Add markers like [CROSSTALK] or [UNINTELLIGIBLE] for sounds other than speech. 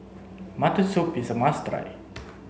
mutton soup is a must [UNINTELLIGIBLE]